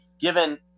given